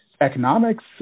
economics